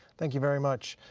thank you very much.